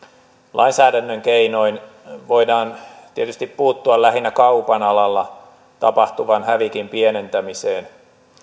lainsäädännön keinoin voidaan tietysti puuttua lähinnä kaupan alalla tapahtuvan hävikin pienentämiseen